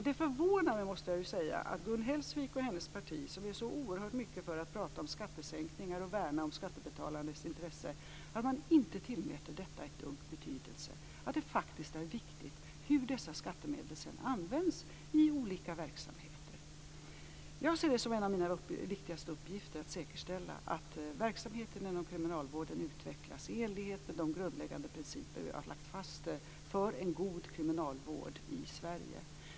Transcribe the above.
Det förvånar mig att Gun Hellsvik och hennes parti, som är så oerhört mycket för att prata om skattesänkningar och värna om skattebetalarnas intresse, inte tillmäter detta ett dugg betydelse, att det faktiskt är viktigt hur dessa skattemedel sedan används i olika verksamheter. Jag ser det som en av mina viktigaste uppgifter att säkerställa att verksamheten inom kriminalvården utvecklas i enlighet med de grundläggande principer som vi har lagt fast för en god kriminalvård i Sverige.